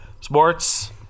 sports